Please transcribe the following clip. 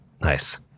Nice